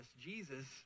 Jesus